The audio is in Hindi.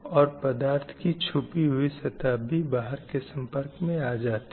और पदार्थ की छुपी हुई सतह भी बाहर के सम्पर्क में आ जाती है